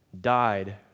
died